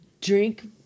drink